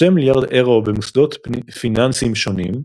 2 מיליארד אירו במוסדות פיננסיים שונים,